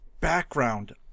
background